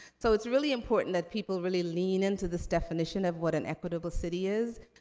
so, it's really important that people really lean into this definition of what an equitable city is,